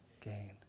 gain